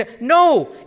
No